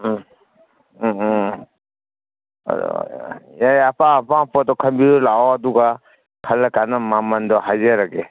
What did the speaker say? ꯎꯝ ꯎꯝ ꯎꯝ ꯌꯥꯏ ꯌꯥꯏ ꯑꯄꯥꯝ ꯑꯄꯥꯝꯕ ꯄꯣꯠꯇꯨ ꯈꯟꯕꯤꯔꯨ ꯂꯥꯛꯑꯣ ꯑꯗꯨꯒ ꯈꯜꯂ ꯀꯥꯟꯗ ꯃꯃꯜꯗꯨ ꯍꯥꯏꯖꯔꯒꯦ